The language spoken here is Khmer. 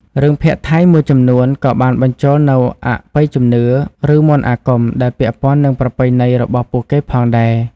រឿងភាគថៃមួយចំនួនក៏បានបញ្ចូលនូវអបិយជំនឿ ឬមន្តអាគមដែលពាក់ព័ន្ធនឹងប្រពៃណីរបស់ពួកគេផងដែរ។